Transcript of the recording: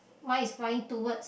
mine is flying toward